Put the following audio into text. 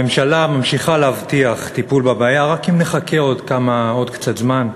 הממשלה ממשיכה להבטיח טיפול בבעיה רק אם נחכה עוד קצת זמן,